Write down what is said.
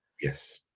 Yes